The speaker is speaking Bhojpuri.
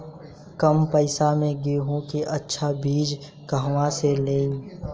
कम पैसा में गेहूं के अच्छा बिज कहवा से ली?